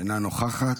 אינה נוכחת.